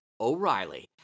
O'Reilly